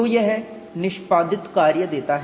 तो यह निष्पादित कार्य देता है